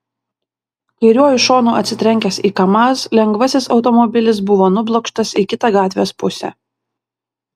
kairiuoju šonu atsitrenkęs į kamaz lengvasis automobilis buvo nublokštas į kitą gatvės pusę